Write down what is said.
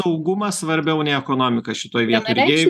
saugumas svarbiau nei ekonomika šitoj vietoj